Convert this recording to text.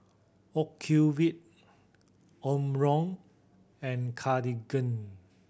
Ocuvite Omron and Cartigain